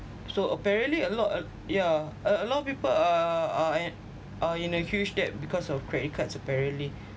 so apparently a lot at~ yeah a lot of people uh at are in a huge debt because of credit cards apparently